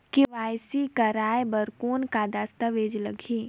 KYC कराय बर कौन का दस्तावेज लगही?